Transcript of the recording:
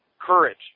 courage